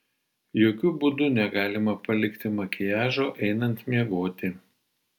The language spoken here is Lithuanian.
jokiu būdu negalima palikti makiažo einant miegoti